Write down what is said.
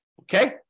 Okay